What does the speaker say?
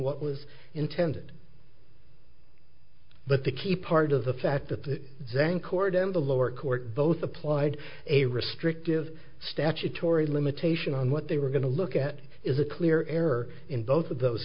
what was intended but the key part of the fact that the zen court in the lower court both applied a restrictive statutory limitation on what they were going to look at is a clear error in both of those